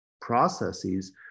processes